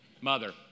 Mother